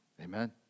Amen